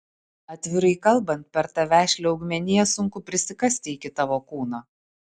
atvirai kalbant per tą vešlią augmeniją sunku prisikasti iki tavo kūno